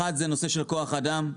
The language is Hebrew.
ראשית הנושא של כוח אדם.